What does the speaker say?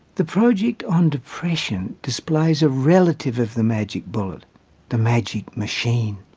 the project on depression displays a relative of the magic bullet the magic machine.